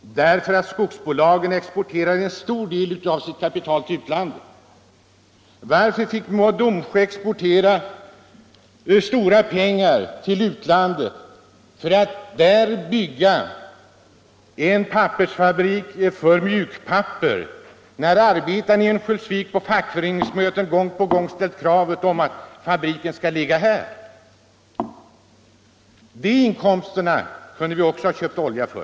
Skogsbolagen exporterar en stor del av sitt kapital till utlandet. Varför fick Mo och Domsjö exportera stora pengar till utlandet för att där bygga en fabrik för mjukpapper, när arbetarna i Örnsköldsvik på fackföreningsmöten gång på gång ställt kravet att fabriken skall ligga i Örnsköldsviksområdet? De inkomsterna kunde också ha köpts olja för.